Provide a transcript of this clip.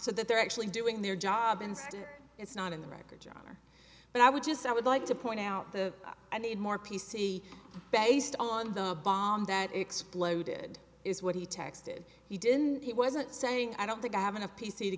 so that they're actually doing their job and it's not in the record john but i would just i would like to point out the and the more p c based on the bomb that exploded is what he texted he didn't he wasn't saying i don't think i have enough p c to